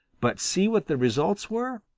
but see what the results were.